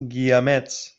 guiamets